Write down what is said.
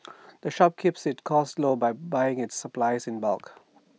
the shop keeps its costs low by buying its supplies in bulk